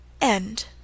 End